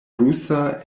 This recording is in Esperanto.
rusa